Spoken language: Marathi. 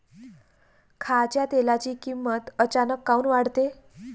खाच्या तेलाची किमत अचानक काऊन वाढते?